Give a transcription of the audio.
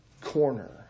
corner